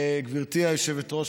גברתי היושבת-ראש,